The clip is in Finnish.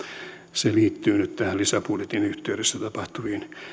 se liittyy nyt tämän lisäbudjetin yhteydessä tapahtuviin